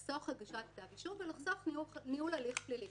לחסוך הגשת כתב אישום ולחסוך ניהול הליך פלילי.